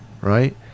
right